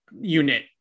unit